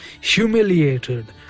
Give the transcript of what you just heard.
humiliated